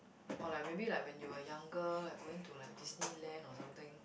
or like maybe like when you were younger going to like Disneyland or something